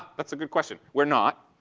that's a good question. we're not.